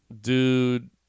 dude